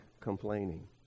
complaining